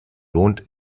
lohnt